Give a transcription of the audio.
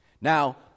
Now